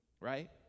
right